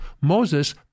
Moses